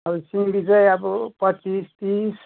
अब सिबी चाहिँ अब पच्चिस तिस